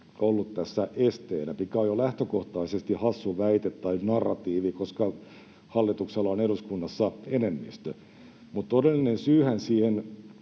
ollut tässä esteenä, mikä on jo lähtökohtaisesti hassu väite tai narratiivi, koska hallituksella on eduskunnassa enemmistö. Todellinen syyhän siihen